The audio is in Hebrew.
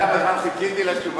אתה יודע כמה זמן חיכיתי לתשובה?